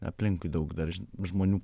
aplinkui daug dar žmonių